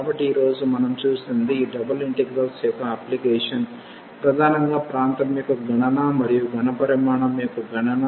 కాబట్టి ఈ రోజు మనం చూసింది ఈ డబుల్ ఇంటిగ్రల్స్ యొక్క అప్లికేషన్లు ప్రధానంగా ప్రాంతం యొక్క గణన మరియు ఘానపరిమాణము యొక్క గణన